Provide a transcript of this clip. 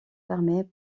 fermées